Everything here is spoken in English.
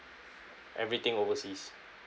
everything overseas